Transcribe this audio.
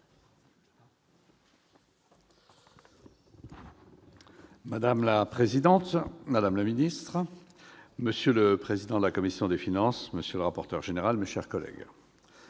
Madame la présidente, madame la secrétaire d'État, monsieur le président de la commission des finances, monsieur le rapporteur général, mes chers collègues,